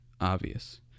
obvious